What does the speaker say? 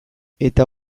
eta